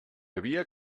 havia